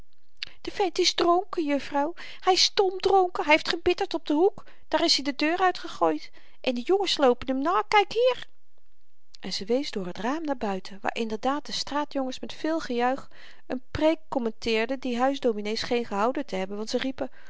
de vent is dronken juffrouw hy is stomdronken hy heeft gebitterd op den hoek daar is-i de deur uitgegooid en de jongens loopen m na kyk hier en ze wees door t raam naar buiten waar inderdaad de straatjongens met veel gejuich n preek kommenteerden die huisdominee scheen gehouden te hebben want ze riepen